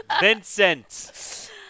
Vincent